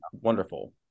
wonderful